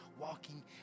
walking